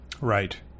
Right